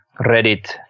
Reddit